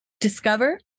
discover